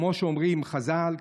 כמו שאומרים חז"ל,